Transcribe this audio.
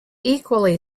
equally